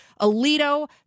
Alito